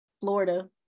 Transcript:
Florida